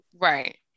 right